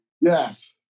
Yes